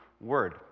word